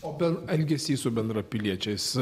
o per elgesį su bendrapiliečiais